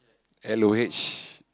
L O H